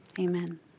amen